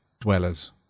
dwellers